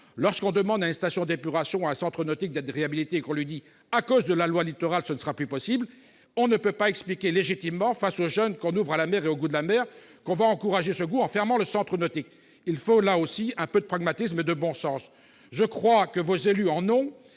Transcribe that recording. Lorsqu'on demande à une station d'épuration ou un centre nautique d'être réhabilité et qu'on lui dit : à cause de la loi Littoral, ce ne sera plus possible, on ne peut pas expliquer légitimement, face aux jeunes qu'on ouvre à la mer et au goût de la mer, qu'on va encourager ce goût en fermant le centre nautique. Il faut, là aussi, un peu de pragmatisme et de bon sens. Je crois que vos élus en ont